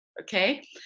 okay